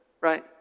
right